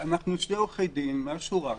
אנחנו שני עורכי דין מהשורה,